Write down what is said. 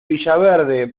villaverde